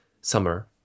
summer